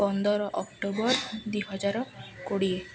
ପନ୍ଦର ଅକ୍ଟୋବର୍ ଦୁଇ ହଜାର କୋଡ଼ିଏ